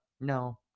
no